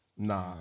Nah